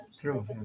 true